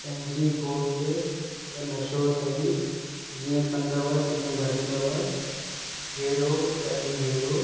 पंहिंजी घोट त नशो थई जीअं कंदव तीअं भरिंदव जहिड़ो त निभेरो